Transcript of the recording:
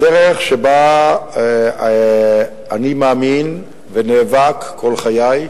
הדרך שבה אני מאמין, ונאבק כל חיי,